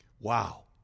Wow